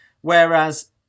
whereas